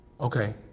okay